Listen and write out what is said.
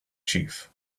chief